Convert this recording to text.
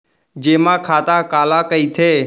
जेमा खाता काला कहिथे?